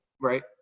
right